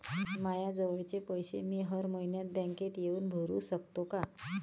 मायाजवळचे पैसे मी हर मइन्यात बँकेत येऊन भरू सकतो का?